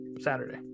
Saturday